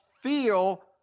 feel